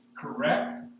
Correct